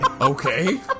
Okay